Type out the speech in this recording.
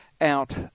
out